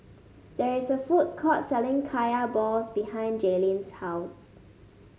there is a food court selling Kaya Balls behind Jaelyn's house